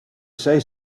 say